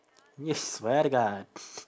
you swear to god